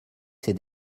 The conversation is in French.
ses